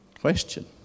question